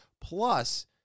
plus